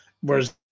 Whereas